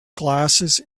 glasses